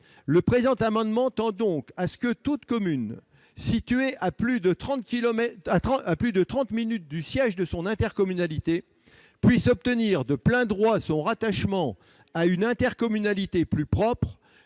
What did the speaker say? avec cet amendement, nous proposons que toute commune située à plus de trente minutes du siège de son intercommunalité puisse obtenir de plein droit son rattachement à une intercommunalité plus propre,